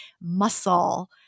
muscle